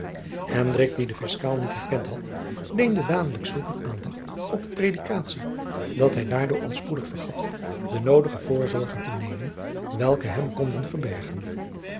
die den fiscaal niet herkend had leende dadelijk zulk een aandacht op de predikatie dat hij daardoor al spoedig vergat de noodige voorzorgen te nemen welke hem konden verbergen